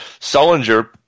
sullinger